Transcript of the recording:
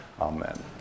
Amen